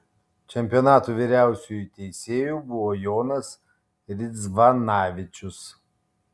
čempionato vyriausiuoju teisėju buvo jonas ridzvanavičius